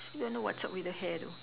don't know what's up with the hair though